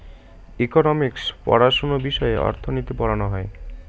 economics পড়াশোনা বিষয়ে অর্থনীতি পড়ানো হয়